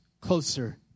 closer